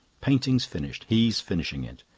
painting's finished he's finishing it.